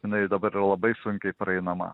jinai dabar labai sunkiai praeinama